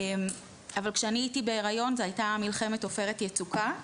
אבל כשאני הייתי בהריון זו היתה מלחמת עופרת יצוקה,